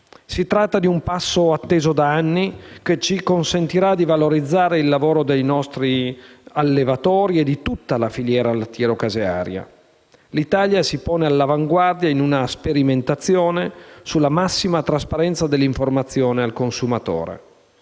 Si tratta di un passo atteso da anni, che ci consentirà di valorizzare il lavoro dei nostri allevatori e di tutta la filiera lattiero-casearia. L'Italia si pone all'avanguardia in una sperimentazione sulla massima trasparenza dell'informazione al consumatore.